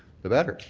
the better.